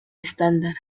estándar